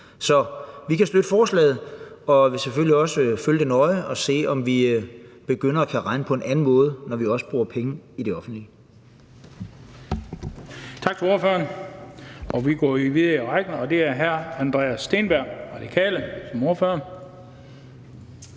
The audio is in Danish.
Så vi kan støtte forslaget og vil selvfølgelig også følge det nøje og se, om vi kan begynde at regne på en anden måde, når vi bruger penge i det offentlige.